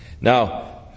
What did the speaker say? Now